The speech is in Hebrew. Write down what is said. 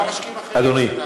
גם משקיעים אחרים.